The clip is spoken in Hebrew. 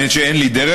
שאין לי דרך,